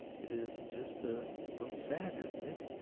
it is just a little sad, isn't it?